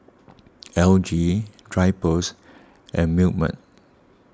L G Drypers and Milkmaid